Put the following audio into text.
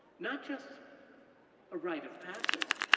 not just a rite of passage,